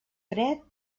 fred